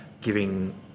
giving